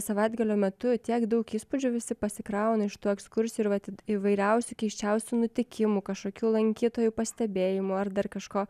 savaitgalio metu tiek daug įspūdžių visi pasikrauna iš tų ekskursijų ir vat įvairiausių keisčiausių nutikimų kažkokių lankytojų pastebėjimų ar dar kažko